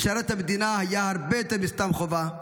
לשרת את המדינה היה הרבה יותר מסתם חובה,